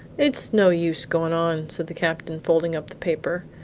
it's no use goin' on, said the captain folding up the paper.